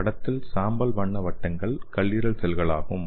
படத்தில் சாம்பல் வண்ண வட்டங்கள் கல்லீரல் செல்கள் ஆகும்